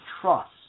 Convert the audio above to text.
trust